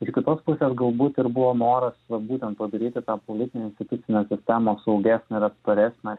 iš kitos pusės galbūt ir buvo noras va būtent padaryti tą politinę institucinę sistemą saugesnę ir atsparesnę